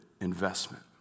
investment